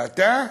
ואתה,